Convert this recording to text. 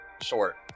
short